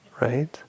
Right